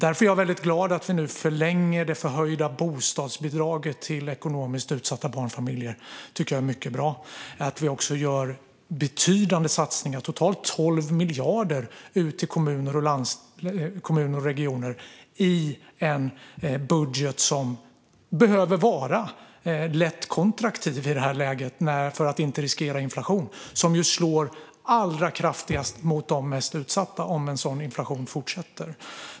Därför är jag glad över att vi nu förlänger det förhöjda bostadsbidraget till ekonomiskt utsatta barnfamiljer. Det är mycket bra att vi också gör betydande satsningar, totalt 12 miljarder till kommuner och regioner, i budgeten, som behöver vara lätt kontraktiv i detta läge för att inte riskera inflation. En sådan slår allra kraftigast mot de mest utsatta, om den fortsätter.